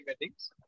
weddings